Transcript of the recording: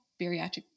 bariatric